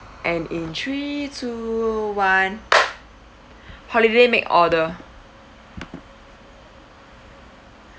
and in three two one holiday make order